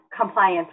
compliance